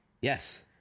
Yes